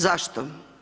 Zašto?